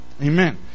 Amen